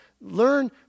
learn